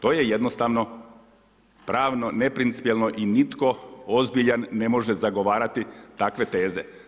To je jednostavno pravno neprincipijelno i nitko ozbiljan ne može zagovarati takve teze.